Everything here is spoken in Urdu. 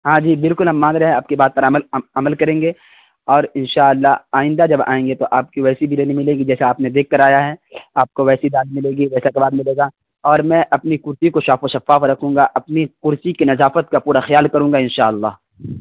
ہاں جی بالکل ہم مان رہے ہیں آپ کی بات پر عمل عمل کریں گے اور ان شاء اللہ آئندہ جب آئیں گے تو آپ کی ویسی بریانی ملے گی جیسا آپ نے دیکھ کر آیا ہے آپ کو ویسی دال ملے گی ویسا کباب ملے گا اور میں اپنی کرسی کو صاف و شفاف رکھوں گا اپنی کرسی کی نظافت کا پورا خیال کروں گا ان شاء اللہ